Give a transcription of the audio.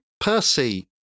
Percy